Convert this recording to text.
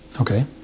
Okay